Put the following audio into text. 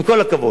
עם כל הכבוד.